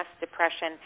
depression